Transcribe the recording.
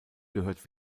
gehört